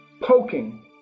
poking